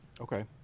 Okay